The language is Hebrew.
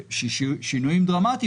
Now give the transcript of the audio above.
שינויים דרמטיים,